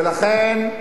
ולכן,